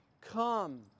come